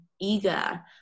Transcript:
eager